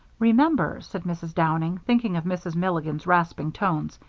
remember, said mrs. downing, thinking of mrs. milligan's rasping tones,